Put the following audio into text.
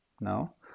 no